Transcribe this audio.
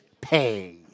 pay